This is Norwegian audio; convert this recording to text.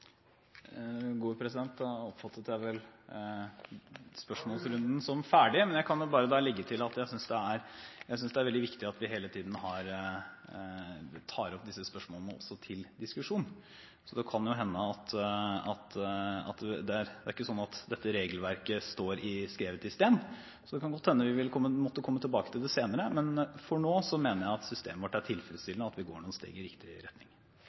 Da oppfattet jeg vel spørsmålsrunden som ferdig, men jeg kan legge til at jeg synes det er veldig viktig at vi hele tiden tar opp disse spørsmålene til diskusjon. Det er ikke sånn at dette regelverket står skrevet i stein, så det kan godt hende vi vil måtte komme tilbake til det senere, men per nå mener jeg at systemet vårt er tilfredsstillende, og at vi går noen steg i riktig retning.